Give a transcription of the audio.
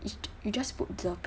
it's you just put the